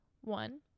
One